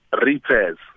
repairs